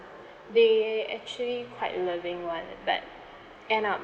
they actually quite loving [one] but end up